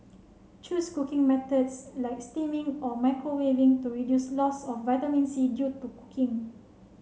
choose cooking methods like steaming or microwaving to reduce loss of vitamin C due to cooking